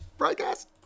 broadcast